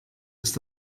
ist